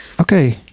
Okay